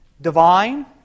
divine